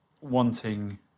wanting